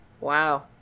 wow